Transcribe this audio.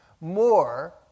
more